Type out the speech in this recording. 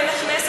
עניתי לך בשם,